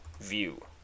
View